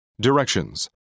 Directions